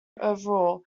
overall